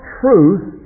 truth